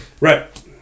Right